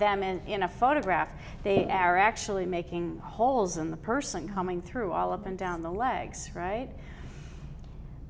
them and in a photograph they are actually making holes in the person coming through all up and down the legs right